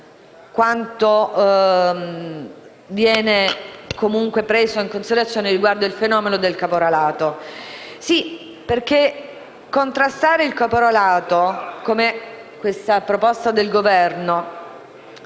quanto viene comunque preso in considerazione riguardo al fenomeno del caporalato. Sì, perché contrastare il caporalato, come fa questa proposta del Governo,